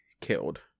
killed